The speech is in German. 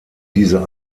diese